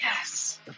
Yes